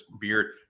Beard